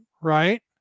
right